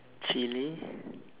chilly